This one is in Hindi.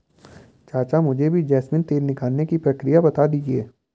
चाचा मुझे भी जैस्मिन तेल निकालने की प्रक्रिया बता दीजिए